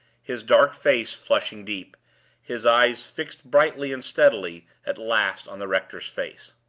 his dark face flushing deep his eyes fixed brightly and steadily, at last, on the rector's face.